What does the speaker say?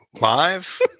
live